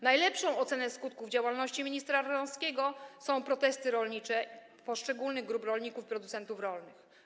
Najlepszą oceną skutków działalności ministra Ardanowskiego są protesty rolnicze poszczególnych grup rolników, producentów rolnych.